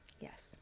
Yes